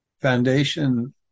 Foundation